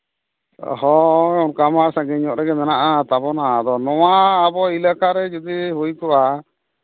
ᱦᱳᱭ ᱚᱱᱠᱟ ᱢᱟ ᱥᱟᱺᱜᱤᱧ ᱧᱚᱜ ᱨᱮᱜᱮ ᱢᱮᱱᱟᱜᱼᱟ ᱛᱟᱵᱚᱱᱟ ᱟᱫᱚ ᱱᱚᱣᱟ ᱟᱵᱚ ᱮᱞᱟᱠᱟ ᱨᱮ ᱡᱩᱫᱤ ᱦᱩᱭ ᱠᱚᱜᱼᱟ